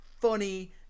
funny